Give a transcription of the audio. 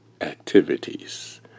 activities